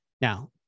Now